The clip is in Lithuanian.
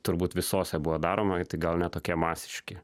turbūt visose buvo daroma tik gal ne tokie masiški